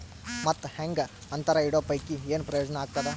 ಮತ್ತ್ ಹಾಂಗಾ ಅಂತರ ಇಡೋ ಪೈಕಿ, ಏನ್ ಪ್ರಯೋಜನ ಆಗ್ತಾದ?